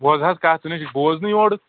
بوز حظ کَتھ ژٕ نَے چھُکھ بوزنٕے یورُک